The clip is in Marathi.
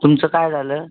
तुमचं काय झालं